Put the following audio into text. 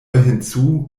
hinzu